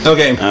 Okay